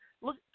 look